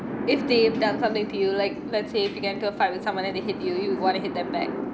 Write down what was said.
if they have done something to you like let's say if you get into a fight with someone then they hit you you would want to hit them back